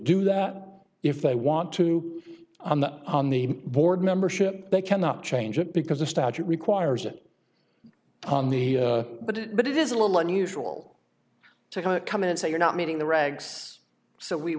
do that if they want to on the on the board membership they cannot change it because the statute requires it on the but but it is a little unusual to come in and say you're not meeting the regs so we